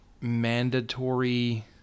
mandatory